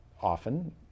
often